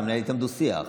אתה מנהל איתם דו-שיח,